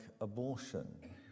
abortion